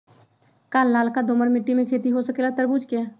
का लालका दोमर मिट्टी में खेती हो सकेला तरबूज के?